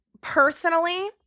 personally